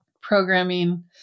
programming